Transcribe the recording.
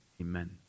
amen